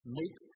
make